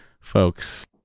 folks